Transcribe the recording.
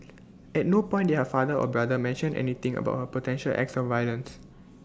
at no point did her father or brother mention anything about her potential acts of violence